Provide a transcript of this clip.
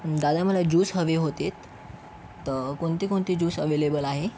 दादा मला जुस हवे होते तर कोणते कोणते जुस अव्हेलेबल आहे